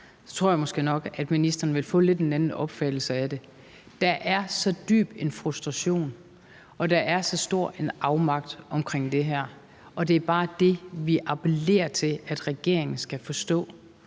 virksomheder, ville ministeren få en lidt anden opfattelse af det. Der er så dyb en frustration og så stor en afmagt over det her, og det er bare det, vi appellerer til at regeringen skal forstå.